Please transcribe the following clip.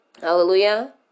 Hallelujah